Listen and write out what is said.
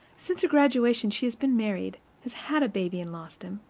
since her graduation she has been married, has had a baby and lost him,